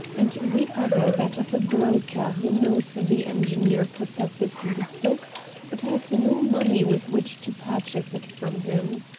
and the other that of a broker who knows the engineer possesses the stock but has no money with which to purchase it from him.